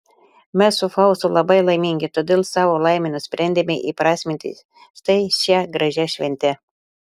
mes su faustu labai laimingi todėl savo laimę nusprendėme įprasminti štai šia gražia švente